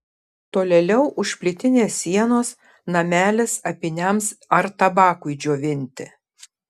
tolėliau už plytinės sienos namelis apyniams ar tabakui džiovinti